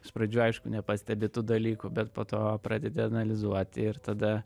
iš pradžių aišku nepastebi tų dalykų bet po to pradedi analizuoti ir tada